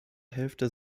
hälfte